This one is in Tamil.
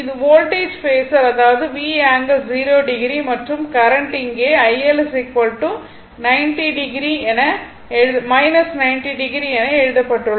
இது வோல்டேஜ் பேஸர் அதாவது V ∠0o மற்றும் கரண்ட் இங்கே iL 90o என எழுதப்பட்டுள்ளது